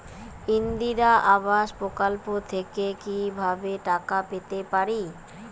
ইন্দিরা আবাস প্রকল্প থেকে কি ভাবে টাকা পেতে পারি?